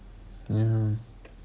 uh